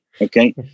Okay